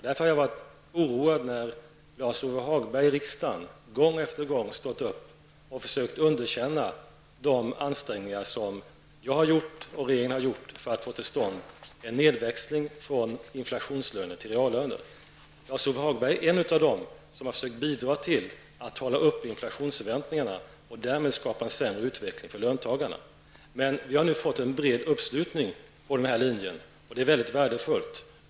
Därför har jag varit oroad när Lars-Ove Hagberg i riksdagen gång på gång stått upp och försökt underkänna de ansträngningar som jag och regeringen har gjort för att få till stånd en nedväxling från inflationslöner till reallöner. Lars-Ove Hagberg är en av dem som har försökt bidra till att upprätthålla inflationsförväntningarna och därmed skapa en sämre utveckling för löntagarna. Men vi har nu fått en bred uppslutning kring den här linjen, och det är mycket värdefullt.